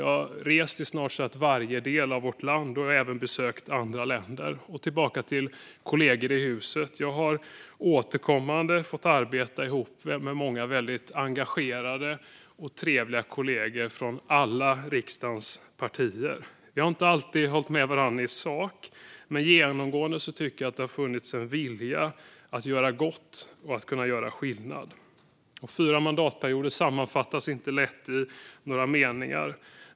Jag har rest i snart sagt varje del av vårt land och även besökt andra länder. Jag har också återkommande fått arbeta tillsammans med många väldigt engagerade och trevliga kollegor från alla riksdagens partier. Vi har inte alltid hållit med varandra i sak. Men genomgående tycker jag att det har funnits en vilja att göra gott och att göra skillnad. Fyra mandatperioder sammanfattas inte lätt i några meningar.